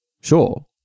Sure